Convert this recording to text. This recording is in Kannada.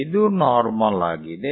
ಇದು ನಾರ್ಮಲ್ ಆಗಿದೆ